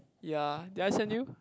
ya did I send you